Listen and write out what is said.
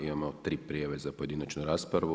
Imamo tri prijave za pojedinačnu raspravu.